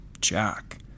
Jack